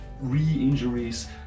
re-injuries